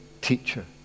teacher